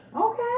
Okay